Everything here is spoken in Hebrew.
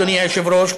אדוני היושב-ראש,